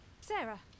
Sarah